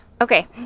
Okay